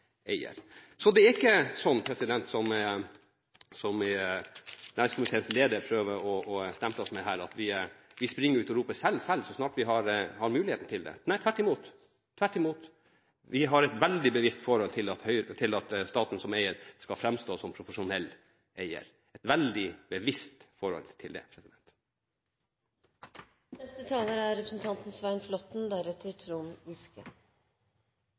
Så det er ikke sånn som næringskomiteens leder prøver å stemple oss som her, at vi springer ut og roper selg, selg så snart vi har muligheten til det. Nei, tvert imot har vi et veldig bevisst forhold til at staten som eier skal framstå som profesjonell eier – et veldig bevisst forhold til det.